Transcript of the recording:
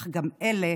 אך גם אלה